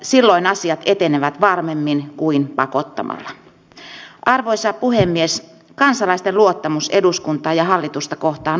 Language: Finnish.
mutta oikeastaan uudistaisin tuon kysymykseni liittyen näihin suuriin hankintoihin liittyen laivastoon ja ilmavoimiin